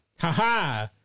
haha